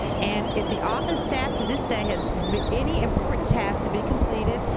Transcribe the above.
and if the office staff to this day has any important task to be completed,